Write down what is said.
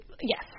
Yes